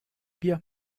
wir